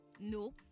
no